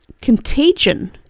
Contagion